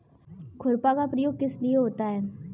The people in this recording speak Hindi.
खुरपा का प्रयोग किस लिए होता है?